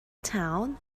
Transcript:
town